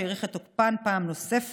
שהאריך את תוקפן פעם נוספת,